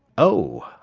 oh!